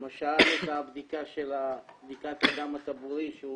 למשל, בדיקת הדם הטבורי, שזה